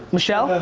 michelle?